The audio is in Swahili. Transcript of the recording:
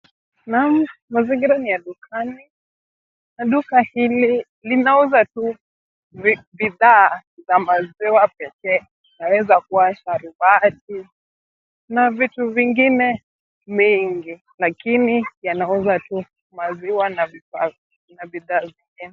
Mazingira ni ya dukani. Duka hili linauza tu bidhaa za maziwa pekee, inawezakuwa sharubati na vitu vingine mingi lakini yanauza tu maziwa na bidhaa zake.